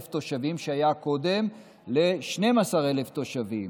תושבים שהיה קודם ל-12,000 תושבים,